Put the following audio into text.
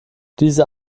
diese